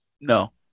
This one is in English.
No